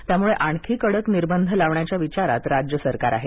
त्यामुळे आणखी कडक निर्बंध लावण्याच्या विचारात राज्य सरकार आहे